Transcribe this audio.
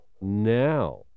now